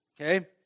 okay